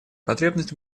потребность